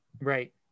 Right